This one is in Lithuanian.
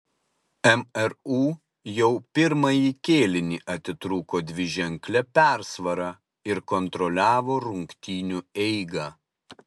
mru jau pirmąjį kėlinį atitrūko dviženkle persvara ir kontroliavo rungtynių eigą